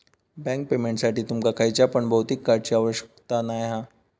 bank पेमेंटसाठी तुमका खयच्या पण भौतिक कार्डची आवश्यकता नाय हा